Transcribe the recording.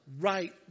right